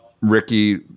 Ricky